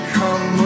come